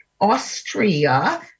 Austria